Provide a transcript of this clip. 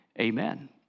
Amen